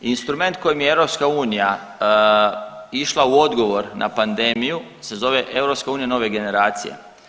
Instrument kojim je EU išla u odgovor na pandemiju se zove EU nove generacije.